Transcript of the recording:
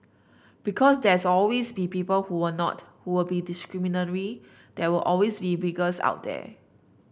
because there's always be people who'll not who'll be discriminatory there will always be bigots out there